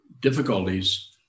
difficulties